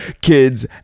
kids